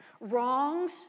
Wrongs